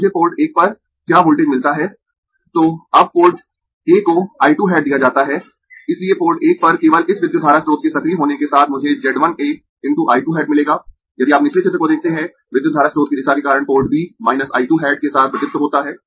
अब मुझे पोर्ट 1 पर क्या वोल्टेज मिलता है तो अब पोर्ट A को I 2 हैट दिया जाता है इसलिए पोर्ट 1 पर केवल इस विद्युत धारा स्रोत के सक्रिय होने के साथ मुझे Z 1 A × I 2 हैट मिलेगा यदि आप निचले चित्र को देखते है विद्युत धारा स्रोत की दिशा के कारण port B minus I 2 hat के साथ प्रदीप्त होता है